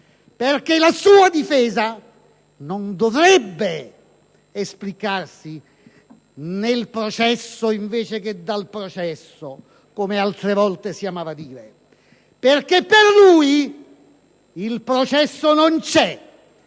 perché la sua difesa non dovrebbe esplicarsi nel processo invece che dal processo, come altre volte si amava dire, perché per lui il processo non c'è: